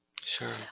Sure